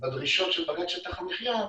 בדרישות של בג"ץ שטח המחייה,